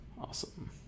Awesome